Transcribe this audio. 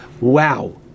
Wow